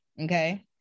Okay